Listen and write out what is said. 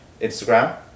Instagram